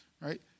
right